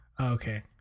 Okay